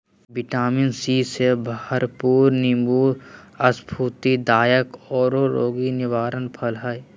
vitamin C से भरपूर नीबू स्फूर्तिदायक औरो रोग निवारक फल हइ